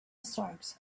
storms